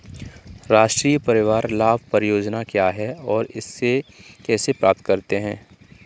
राष्ट्रीय परिवार लाभ परियोजना क्या है और इसे कैसे प्राप्त करते हैं?